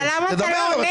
למה אתה לא עונה?